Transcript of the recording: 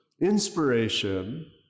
inspiration